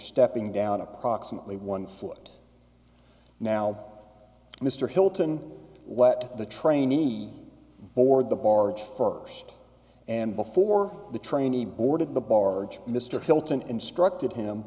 stepping down approximately one foot now mr hilton let the trainee board the bar at first and before the trainee boarded the barge mr hilton instructed him